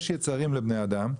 יש יצרים לבני אדם.